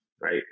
Right